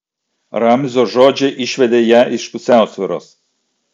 ramzio žodžiai išvedė ją iš pusiausvyros